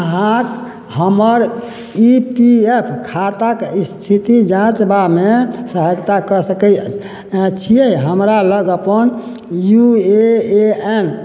अहाँ हमर E P F खाताक स्थिति जाँचबामे सहायता कऽ सकैत छियै हमरा लग अपन यू ए एन